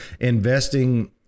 investing